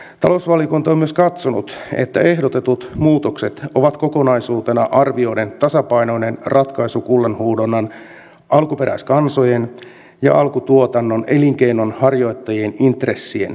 talousvaliokunta on myös katsonut että ehdotetut muutokset ovat kokonaisuutena arvioiden tasapainoinen ratkaisu kullanhuuhdonnan alkuperäiskansojen ja alkutuotannon elinkeinonharjoittajien intressien välillä